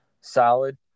solid